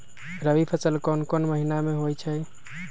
रबी फसल कोंन कोंन महिना में होइ छइ?